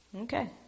Okay